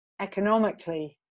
economically